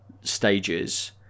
stages